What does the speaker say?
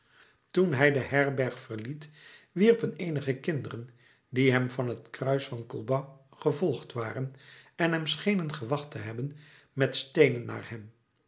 toen hij de herberg verliet wierpen eenige kinderen die hem van het kruis van colbas gevolgd waren en hem schenen gewacht te hebben met